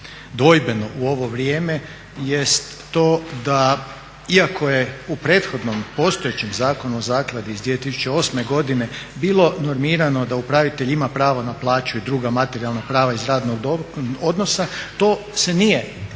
dvojbeno u ovo vrijeme jest to da iako je u prethodnom, postojećem zakonu o zakladi iz 2008. godine bilo normirano da upravitelj ima pravo na plaću i druga materijalna prava iz radnog odnosa, to se nije realiziralo,